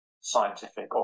scientific